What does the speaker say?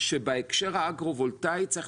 שבהקשר האגרו-וולטאי צריך